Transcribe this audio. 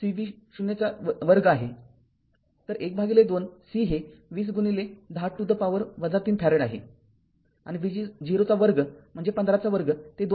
तर १२ C हे २०१० to the power ३ farad आहे आणि V0चा वर्ग म्हणजे १५ चा वर्ग ते २